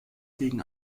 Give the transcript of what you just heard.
gegen